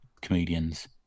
comedians